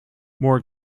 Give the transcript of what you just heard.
more